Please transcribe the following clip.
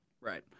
right